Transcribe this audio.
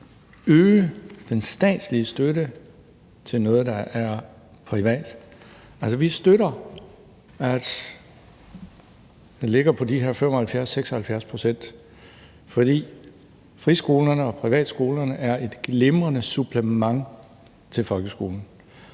øge den statslige støtte til noget, der er privat. Altså, vi støtter, at den ligger på de her 75-76 pct., fordi friskolerne og privatskolerne er et glimrende supplement til folkeskolen,